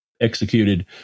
executed